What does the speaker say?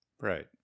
Right